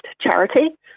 charity